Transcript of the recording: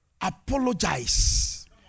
apologize